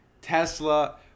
Tesla